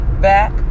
back